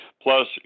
Plus